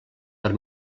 per